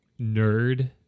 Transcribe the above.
nerd